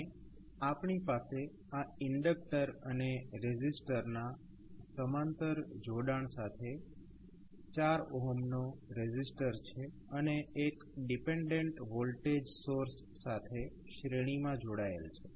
અને આપણી પાસે આ ઇન્ડક્ટર અને રેઝિસ્ટરના સમાંતર જોડાણ સાથે 4 નો રેઝિસ્ટર છે અને જે એક ડીપેન્ડેન્ટ વોલ્ટેજ સોર્સ સાથે શ્રેણીમાં જોડાયેલ છે